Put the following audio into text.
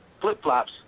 flip-flops